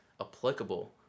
applicable